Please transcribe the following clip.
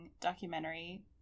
documentary